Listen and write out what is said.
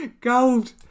Gold